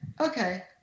Okay